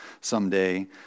someday